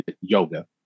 yoga